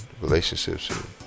relationships